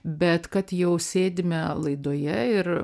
bet kad jau sėdime laidoje ir